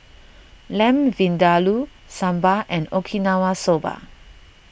Lamb Vindaloo Sambar and Okinawa Soba